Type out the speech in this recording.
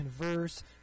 converse